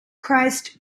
christ